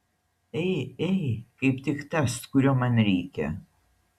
ei ei kaip tik tas kurio man reikia